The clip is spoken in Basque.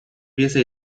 pieza